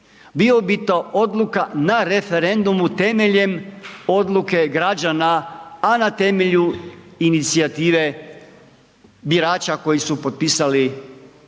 bio bi to odluka na referendumu temeljem odluke građana, a na temelju inicijative birača koji su potpisali